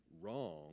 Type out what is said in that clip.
wrong